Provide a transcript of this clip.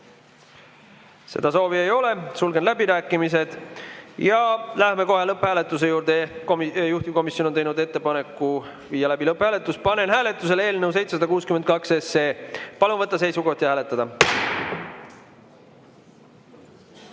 Seda soovi ei ole, sulgen läbirääkimised ja lähme kohe lõpphääletuse juurde. Juhtivkomisjon on teinud ettepaneku viia läbi lõpphääletus. Panen hääletusele eelnõu 762. Palun võtta seisukoht ja hääletada!